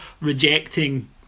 rejecting